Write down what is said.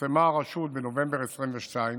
שפרסמה הרשות בנובמבר 2022,